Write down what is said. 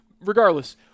Regardless